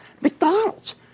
McDonald's